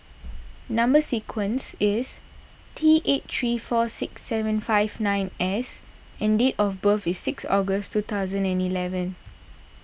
Number Sequence is T eight three four six seven five nine S and date of birth is six August two thousand and eleven